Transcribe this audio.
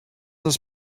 das